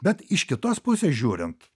bet iš kitos pusės žiūrint